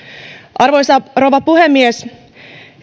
arvoisa rouva puhemies